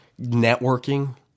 Networking